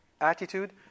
attitude